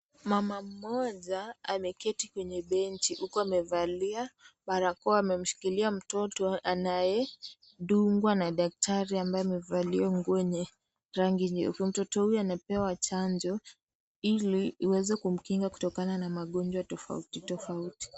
Mama mmoja, ameketi kwenye benchi, huku amevalia barakoa, amemshikilia mtoto, anaye dungwa na daktari aliye vaa nguo yenye rangi nye, mtoto huyu anapewa chanjo, ili iweze kumkinga kutokana na magonjwa tofauti tofauti.